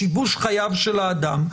שיבוש חייו של האדם,